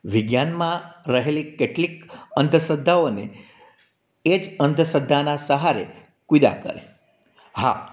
વિજ્ઞાનમાં રહેલી કેટલી અંધશ્રદ્ધાઓને એ જ અંધશ્રદ્ધાના સહારે કુદ્યા કરે હા